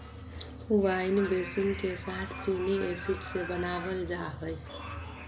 wine बेसींग के साथ चीनी एसिड से बनाबल जा हइ